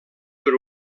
per